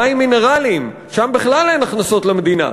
מים מינרליים, שם בכלל אין הכנסות למדינה.